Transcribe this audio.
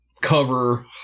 cover